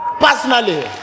Personally